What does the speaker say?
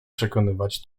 przekonywać